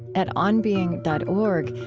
at onbeing dot org,